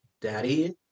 Daddy